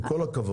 עם כל הכבוד.